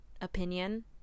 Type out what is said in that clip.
opinion